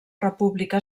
república